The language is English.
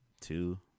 Two